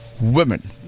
women